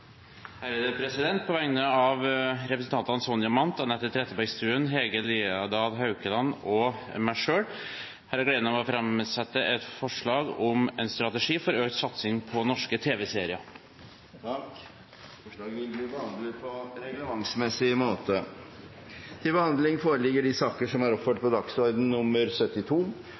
et representantforslag. På vegne av representantene Sonja Mandt, Anette Trettebergstuen, Hege Haukeland Liadal og meg selv har jeg gleden av å framsette et forslag om en strategi for økt satsing på norske tv-serier. Forslaget vil bli behandlet på reglementsmessig måte. Stortinget mottok mandag meddelelse fra Statsministerens kontor om at statsminister Erna Solberg vil møte til muntlig spørretime. Statsministeren er